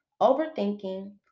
overthinking